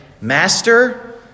Master